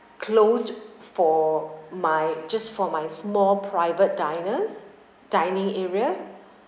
closed for my just for my small private diners dining area